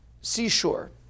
seashore